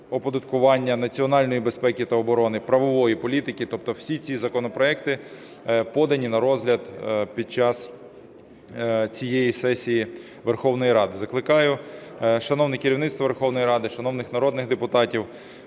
оподаткування, національної безпеки та оборони, правової політики. Тобто всі ці законопроекти подані на розгляд під час цієї сесії Верховної Ради. Закликаю шановне керівництво Верховної Ради, шановних народних депутатів